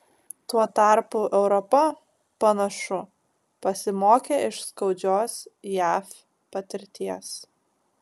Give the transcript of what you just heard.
tuo tarpu europa panašu pasimokė iš skaudžios jav patirties